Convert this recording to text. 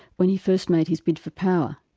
when he first made his bid for power.